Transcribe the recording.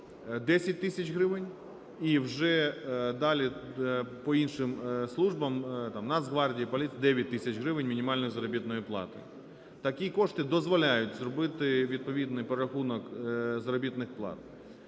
10 тисяч гривень, і вже далі по іншим службам, там, Нацгвардії, поліції – 9 тисяч гривень мінімальна заробітна плата. Такі кошти дозволяють зробити відповідний перерахунок заробітних плат.